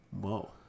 Whoa